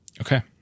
okay